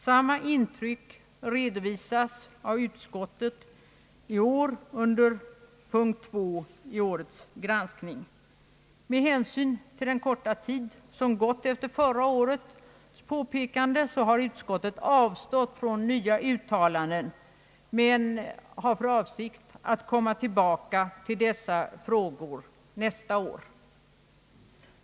Samma intryck redovisar utskottet i år under punkt 2 i årets granskning. Med hänsyn till den korta tid som gått efter förra årets påpekanden har utskottet avstått från nya uttalanden men har för avsikt att komma tillbaka till dessa frågor nästa år.